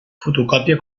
fotocòpia